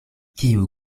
kiu